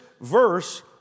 verse